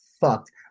fucked